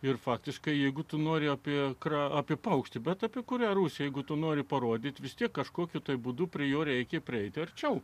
ir faktiškai jeigu tu nori apie ką apie paukštį bet apie kurią rusija jeigu tu nori parodyti vis tiek kažkokiu būdu prie jo reikia prieiti arčiau